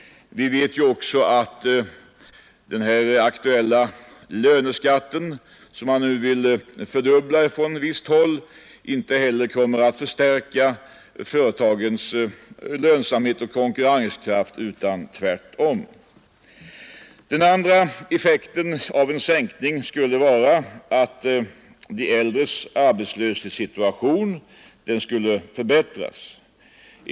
Vi vet ju också att den aktuella löneskatten, som man nu vill fördubbla från visst håll, inte kommer att förstärka företagens lönsamhet och konkurrenskraft utan tvärtom. Den andra effekten av en sänkning skulle vara att arbetslösheten bland de äldre skulle minska.